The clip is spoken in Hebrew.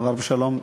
עבר בשלום?